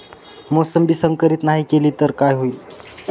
मोसंबी संकरित नाही केली तर काय होईल?